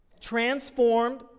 Transformed